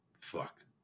fuck